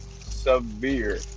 severe